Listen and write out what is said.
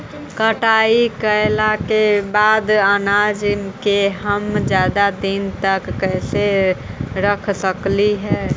कटाई कैला के बाद अनाज के हम ज्यादा दिन तक कैसे रख सकली हे?